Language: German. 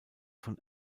von